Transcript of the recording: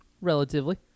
relatively